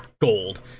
gold